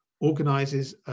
organizes